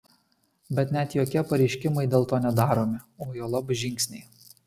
bet net jokie pareiškimai dėl to nedaromi o juolab žingsniai